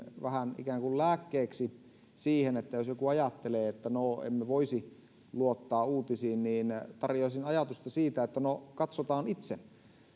vähän ikään kuin lääkkeeksi siihen jos joku ajattelee että emme voisi luottaa uutisiin sitä ajatusta että katsotaan itse